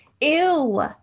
ew